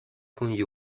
con